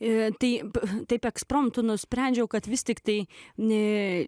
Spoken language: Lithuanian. ir taip taip ekspromtu nusprendžiau kad vis tiktai nė